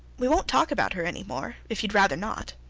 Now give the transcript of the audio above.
we won't talk about her any more if you'd rather not